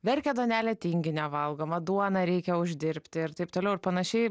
verkia duonelė tinginio valgoma duoną reikia uždirbti ir taip toliau ir panašiai